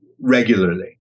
regularly